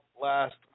last